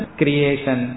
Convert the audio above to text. creation